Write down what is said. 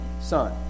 Son